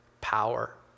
power